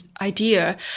idea